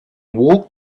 walked